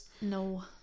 No